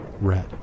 Red